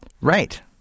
Right